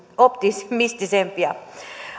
optimistisimpia